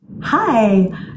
Hi